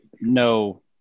no